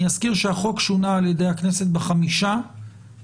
אני אזכיר שהחוק שונה על ידי הכנסת ב-5 בספטמבר.